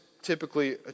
typically